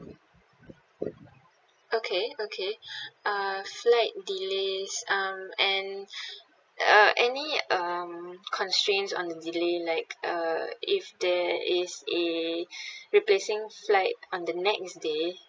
okay okay uh flight delays um and uh any um constraints on the delay like uh if there is a replacing flight on the next day